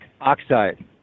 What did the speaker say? oxide